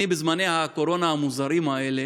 אני, בזמני הקורונה המוזרים האלה,